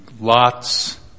lots